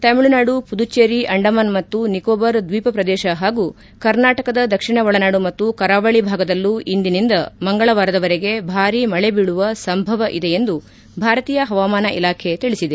ತಮಿಳುನಾಡು ಪುದುಚೇರಿ ಅಂಡಮಾನ್ ಮತ್ತು ನಿಕೋಬಾರ್ ದ್ವೀಪ ಪ್ರದೇಶ ಹಾಗೂ ಕರ್ನಾಟಕದ ದಕ್ಷಿಣ ಒಳನಾಡು ಮತ್ತು ಕರಾವಳಿ ಭಾಗದಲ್ಲೂ ಇಂದಿನಿಂದ ಮಂಗಳವಾರದ ವರೆಗೆ ಭಾರೀ ಮಳೆ ಬೀಳುವ ಸಂಭವ ಇದೆ ಎಂದು ಭಾರತೀಯ ಹವಾಮಾನ ಇಲಾಖೆ ತಿಳಿಸಿದೆ